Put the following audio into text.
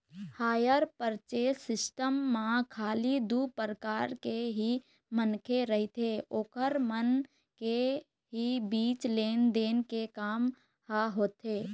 hire purchase system म खाली दू परकार के ही मनखे रहिथे ओखर मन के ही बीच लेन देन के काम ह होथे